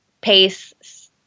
pace